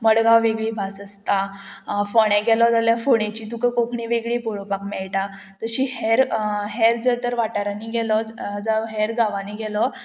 मडगांव वेगळी भास आसता फोंण्या गेलो जाल्यार फोणेची तुका कोंकणी वेगळी पळोवपाक मेळटा तशी हेर हेर जर तर वाठारांनी गेलो जावं हेर गांवांनी गेलो